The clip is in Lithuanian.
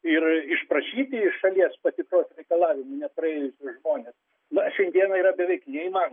ir išprašyti iš šalies patikros reikalavimų nepraėjusius žmones na šiandiena yra beveik neįmanoma